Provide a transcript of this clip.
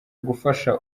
gufasha